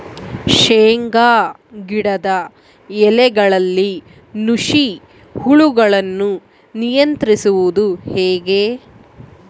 ಶೇಂಗಾ ಗಿಡದ ಎಲೆಗಳಲ್ಲಿ ನುಷಿ ಹುಳುಗಳನ್ನು ನಿಯಂತ್ರಿಸುವುದು ಹೇಗೆ?